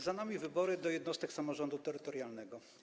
Za nami wybory do jednostek samorządu terytorialnego.